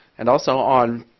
and also on